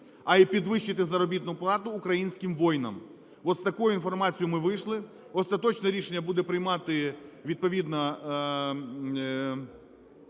а й підвищити заробітну плату українським воїнам. От з такою інформацією ми вийшли. Остаточне рішення буде приймати відповідно